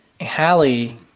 Hallie